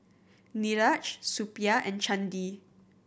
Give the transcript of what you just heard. Niraj Suppiah and Chandi